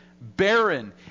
barren